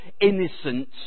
innocent